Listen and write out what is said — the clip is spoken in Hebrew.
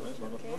אני מתנצל,